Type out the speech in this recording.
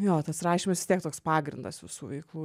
jo tas rašymas vis tiek toks pagrindas visų veiklų